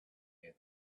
near